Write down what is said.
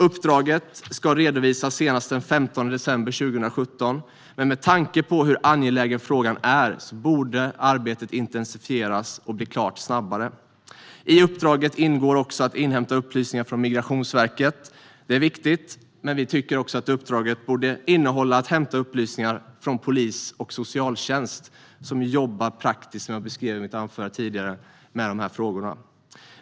Uppdraget ska redovisas senast den 15 december 2017, men med tanke på hur angelägen frågan är borde arbetet intensifieras och bli klart snabbare. I uppdraget ingår att inhämta upplysningar från Migrationsverket. Det är viktigt, men vi tycker att uppdraget borde innehålla att hämta upplysningar även från polis och socialtjänst, som ju jobbar praktiskt med de här frågorna.